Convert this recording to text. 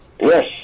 Yes